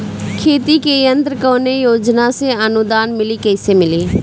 खेती के यंत्र कवने योजना से अनुदान मिली कैसे मिली?